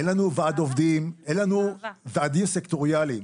אין לנו ועד עובדים, אין לנו ועדים סקטוריאליים